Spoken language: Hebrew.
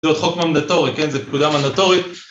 זה עוד חוק מנדטורי, כן? זה פקולה מנדטורית?